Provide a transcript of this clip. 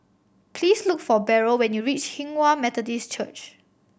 please look for Beryl when you reach Hinghwa Methodist Church